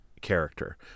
character